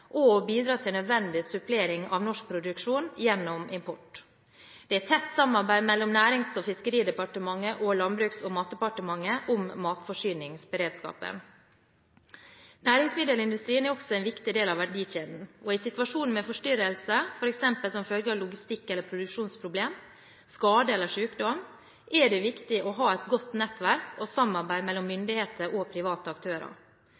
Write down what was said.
og å bidra til nødvendig supplering av norsk produksjon gjennom import. Det er tett samarbeid mellom Nærings- og fiskeridepartementet og Landbruks- og matdepartementet om matforsyningsberedskapen. Næringsmiddelindustrien er også en viktig del av verdikjeden, og i situasjoner med forstyrrelser, f.eks. som følge av logistikk- eller produksjonsproblemer, skade eller sykdom, er det viktig å ha et godt nettverk og samarbeid mellom myndigheter og private aktører.